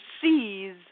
seize